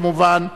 כמובן,